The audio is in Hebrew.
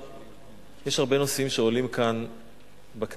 יש הרבה נושאים שעולים כאן בכנסת.